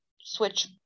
switch